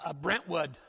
Brentwood